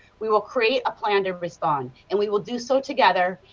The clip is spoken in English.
we will create a plan to respond and we will do so together,